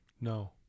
No